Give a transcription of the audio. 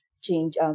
change